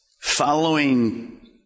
Following